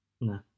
no